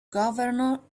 governor